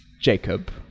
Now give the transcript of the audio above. Jacob